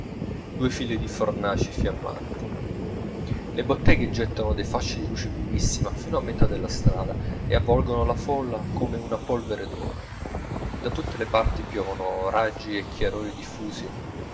due file di fornaci fiammanti le botteghe gettano dei fasci di luce vivissima fino a metà della strada e avvolgono la folla come in una polvere d'oro da tutte le parti piovono raggi e chiarori diffusi